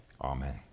Amen